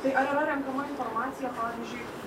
tai ar yra renkama informacija pavyzdžiui